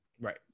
Right